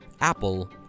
Apple